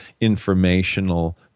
informational